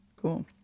Cool